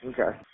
Okay